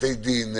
בתי דין,